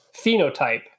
phenotype